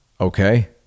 Okay